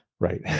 right